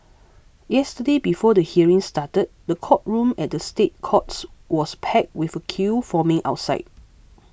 yesterday before the hearing started the courtroom at the State Courts was packed with a queue forming outside